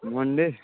Monday